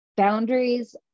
Boundaries